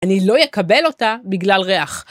אני לא יקבל אותה בגלל ריח.